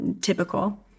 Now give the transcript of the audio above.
typical